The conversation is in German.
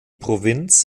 provinz